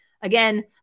Again